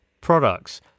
products